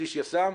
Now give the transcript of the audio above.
שליש יס"מ,